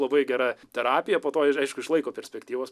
labai gera terapija po to ir aišku iš laiko perspektyvos